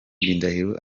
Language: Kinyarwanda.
ndahiro